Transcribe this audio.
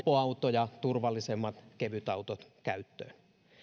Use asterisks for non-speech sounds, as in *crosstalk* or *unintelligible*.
*unintelligible* mopoautoja turvallisemmat kevytautot käyttöön